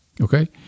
okay